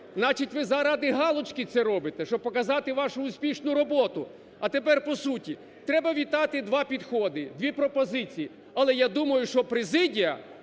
Значить, ви заради галочки це робите, щоб показати вашу успішну роботу. А тепер по суті. Треба вітати два підходи, дві пропозиції. Але я думаю, що президія